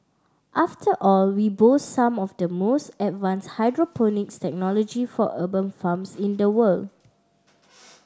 after all we boast some of the most advanced hydroponics technology for urban farms in the world